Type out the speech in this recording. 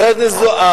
של חברת הכנסת זוארץ.